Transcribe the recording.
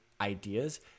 ideas